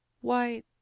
Why